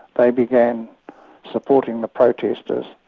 they began supporting the protestors.